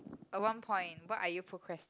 a one point what are you procrastin~